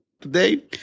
today